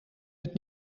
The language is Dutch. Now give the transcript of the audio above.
het